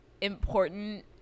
important